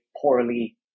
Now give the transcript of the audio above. poorly